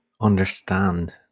understand